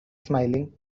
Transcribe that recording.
smiling